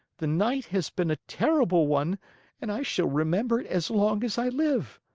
the night has been a terrible one and i shall remember it as long as i live.